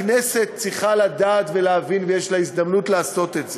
צריכה לדעת ולהבין, ויש לה הזדמנות לעשות את זה,